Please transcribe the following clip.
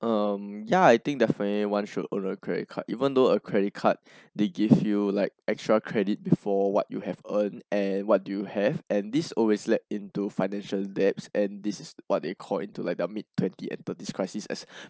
um ya I think definitely one should own a credit card even though a credit card they give you like extra credit before what you have earned and what do you have and this always led into financial debts and this is what they call into like their mid twenties and thirties crisis as